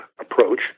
approach